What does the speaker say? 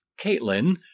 Caitlin